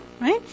right